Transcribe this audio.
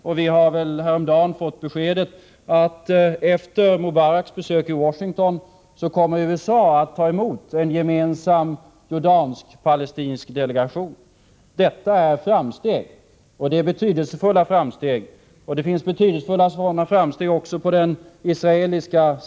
Och vi fick häromdagen beskedet att USA, efter Mubaraks besök i Washington, kommer att ta emot en gemensam jordansk-palestinsk delegation. Detta är framsteg, betydelsefulla sådana. Också på den israeliska sidan har det gjorts viktiga framsteg.